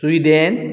Sweden